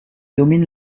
domine